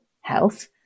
health